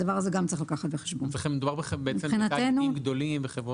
מדובר בחברות גדולות.